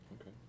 Okay